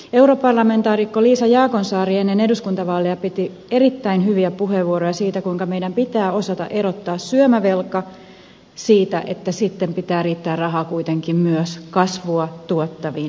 europarlamentaarikko liisa jaakonsaari ennen eduskuntavaaleja piti erittäin hyviä puheenvuoroja siitä kuinka meidän pitää osata erottaa syömävelka siitä että sitten pitää riittää rahaa kuitenkin myös kasvua tuottaviin investointeihin